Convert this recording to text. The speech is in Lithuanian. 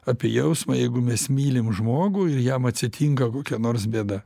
apie jausmą jeigu mes mylim žmogų ir jam atsitinka kokia nors bėda